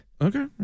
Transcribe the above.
Okay